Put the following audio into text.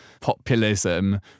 populism